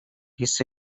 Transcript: لیست